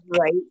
Right